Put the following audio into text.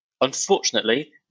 unfortunately